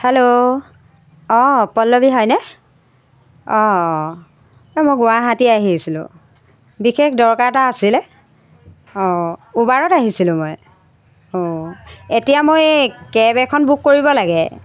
hello অঁ পল্লৱী হয়নে অঁ এই মই গুৱাহাটী আহিছিলোঁ বিশেষ দৰকাৰ এটা আছিলে অঁ উবাৰত আহিছিলোঁ মই অঁ এতিয়া মই কেব এখন বুক কৰিব লাগে